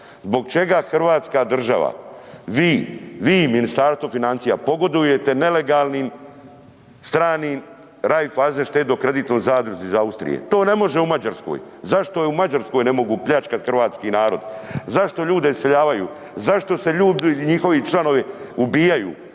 zbog čega Hrvatska država, vi, vi Ministarstvo financija pogodujete nelegalnim stranim Raiffeisen štedno kreditnoj zadruzi iz Austrije? To ne može u Mađarskoj. Zašto u Mađarskoj ne mogu pljačkati hrvatski narod, zašto ljude iseljavaju, zašto se ljudi njihovi članovi ubijaju